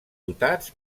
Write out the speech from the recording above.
dotats